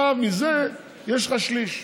מזה יש לך שליש,